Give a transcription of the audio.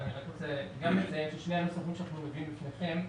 אני רוצה לציין ששני הדברים שאנחנו מביאים בפניכם,